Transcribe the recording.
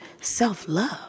self-love